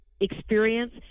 experience